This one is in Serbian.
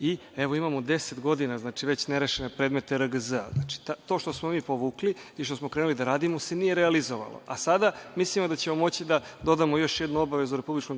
i evo, imamo deset godina već nerešene predmete RGZ-a. Znači, to što smo mi povukli i što smo krenuli da radimo se nije realizovalo, a sada mislimo da ćemo moći da dodamo još jednu obavezu RGZ